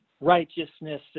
righteousness